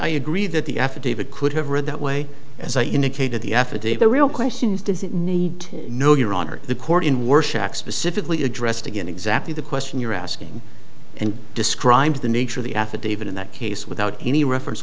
i agree that the affidavit could have read that way as i indicated the affidavit real question is does it need to know your honor the court in worship specifically addressed again exactly the question you're asking and describe the nature of the affidavit in that case without any reference